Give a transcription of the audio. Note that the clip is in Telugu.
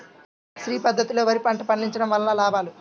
శ్రీ పద్ధతిలో వరి పంట పండించడం వలన లాభాలు?